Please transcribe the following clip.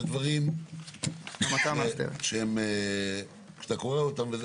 אלה דברים כשאתה קורא אותם,